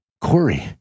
Corey